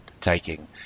taking